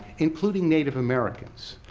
including native americans.